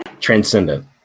transcendent